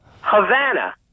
Havana